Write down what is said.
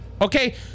okay